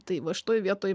tai va šitoje vietoj